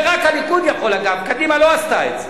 זה רק הליכוד יכול, אגב, קדימה לא עשתה את זה.